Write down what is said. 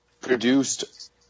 produced